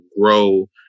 grow